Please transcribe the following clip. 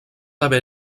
haver